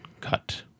cut